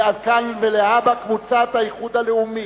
מכאן ולהבא: קבוצת האיחוד הלאומי,